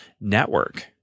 network